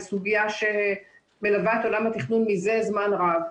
היא סוגיה שמלווה את עולם התכנון מזה זמן רב.